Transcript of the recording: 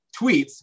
tweets